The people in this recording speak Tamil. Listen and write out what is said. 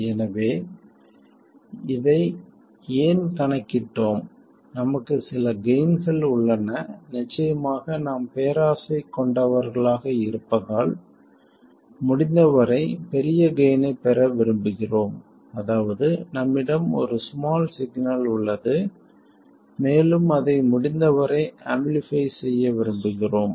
எனவே இதை ஏன் கணக்கிட்டோம் நமக்கு சில கெய்ன்கள் உள்ளன நிச்சயமாக நாம் பேராசை கொண்டவர்களாக இருப்பதால் முடிந்தவரை பெரிய கெய்ன் ஐப் பெற விரும்புகிறோம் அதாவது நம்மிடம் ஒரு ஸ்மால் சிக்னல் உள்ளது மேலும் அதை முடிந்தவரை ஆம்பிளிஃபை செய்ய விரும்புகிறோம்